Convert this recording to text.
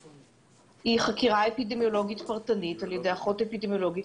חקירה אפידמיולוגית פרטנית על ידי אחות אפידמיולוגית,